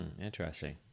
Interesting